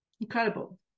Incredible